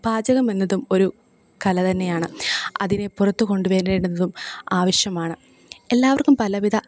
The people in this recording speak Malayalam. പാചകമെന്നതും ഒരു കല തന്നെയാണ് അതിനെ പുറത്തു കൊണ്ടു വരേണ്ടതും ആവശ്യമാണ് എല്ലാവർക്കും പലവിധ